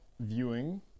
viewing